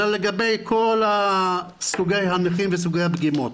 אלא לגבי כל סוגי הנכים וסוגי הפגיעות.